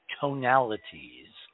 tonalities